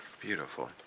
Beautiful